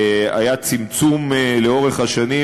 היה צמצום לאורך השנים,